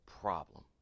problem